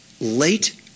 late